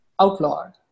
outlawed